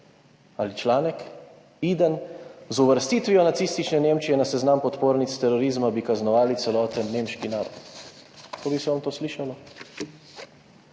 ali članek Eden, Z uvrstitvijo nacistične Nemčije na seznam podpornic terorizma bi kaznovali celoten nemški narod. Kako bi se vam to slišalo?